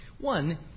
One